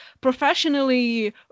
professionally